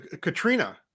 Katrina